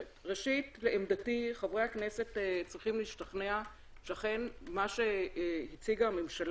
בלי להסתמך על החוק המרכזי ועל מה שחוקק אז